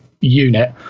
unit